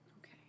Okay